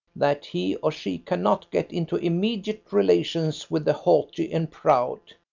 that he or she cannot get into immediate relations with the haughty and proud.